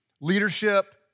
leadership